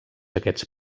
aquests